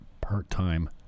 part-time